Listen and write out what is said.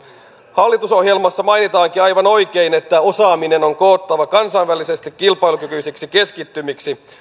hallitusohjelmassa mainitaankin aivan oikein että osaaminen on koottava kansainvälisesti kilpailukykyisiksi keskittymiksi